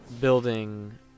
building